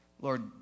Lord